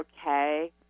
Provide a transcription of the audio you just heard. okay